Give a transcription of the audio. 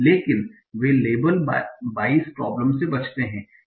लेकिन वे label bias problem से बचते हैं